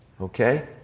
Okay